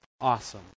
awesome